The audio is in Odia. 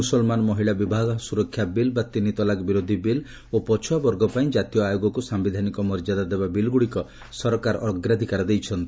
ମ୍ରସଲମାନ ମହିଳା ବିବାହ ସ୍ତରକ୍ଷା ବିଲ୍ ବା ତିନି ତଲାକ ବିରୋଧୀ ବିଲ୍ ଓ ପଛୁଆ ବର୍ଗ ପାଇଁ ଜାତୀୟ ଆୟୋଗକୁ ସାୟିଧାନିକ ମର୍ଯ୍ୟଦା ଦେବା ବିଲ୍ଗୁଡ଼ିକ ସରକାର ଅଗ୍ରାଧିକାର ଦେଇଛନ୍ତି